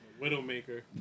Widowmaker